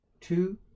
two